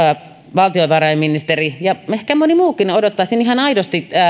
valtiovarainministeri ja ehkä moni muukin kun odottaisin ihan aidosti